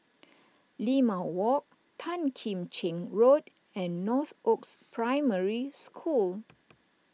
Limau Walk Tan Kim Cheng Road and Northoaks Primary School